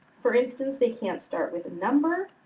for instance, they can't start with a number,